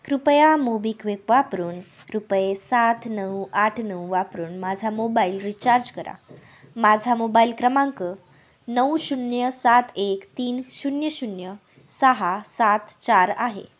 कृपया मोबिक्विक वापरून रुपये सात नऊ आठ नऊ वापरून माझा मोबाईल रिचार्ज करा माझा मोबाईल क्रमांक नऊ शून्य सात एक तीन शून्य शून्य सहा सात चार आहे